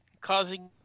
causing